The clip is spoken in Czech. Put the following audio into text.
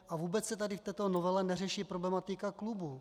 A vůbec se v této novele neřeší problematika klubů.